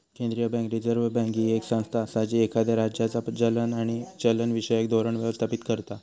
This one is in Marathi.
केंद्रीय बँक, रिझर्व्ह बँक, ही येक संस्था असा जी एखाद्या राज्याचा चलन आणि चलनविषयक धोरण व्यवस्थापित करता